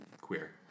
queer